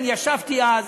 אני ישבתי אז,